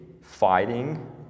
fighting